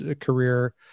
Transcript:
career